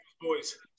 boys